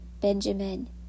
Benjamin